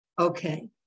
Okay